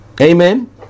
Amen